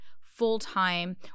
full-time